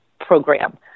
program